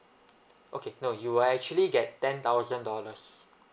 okay no you will actually get ten thousand dollars